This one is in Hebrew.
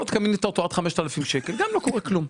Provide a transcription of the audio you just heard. עד 5,000 שקלים לא קורה כלום.